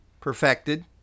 perfected